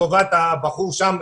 לטובת הבחור מש"ס.